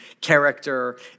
character